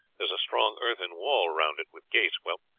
is a strong earthen wall round it, with gates. well,